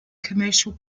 commercial